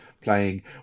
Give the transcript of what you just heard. playing